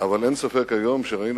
אבל אין ספק שהיום ראינו